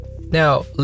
Now